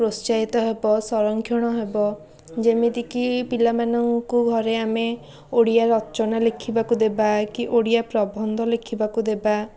ପ୍ରୋତ୍ସାହିତ ହେବ ସରଂକ୍ଷଣ ହେବ ଯେମିତିକି ପିଲାମାନଙ୍କୁ ଘରେ ଆମେ ଓଡ଼ିଆ ରଚନା ଲେଖିବାକୁ ଦେବା କି ଓଡ଼ିଆ ପ୍ରବନ୍ଧ ଲେଖିବାକୁ ଦେବା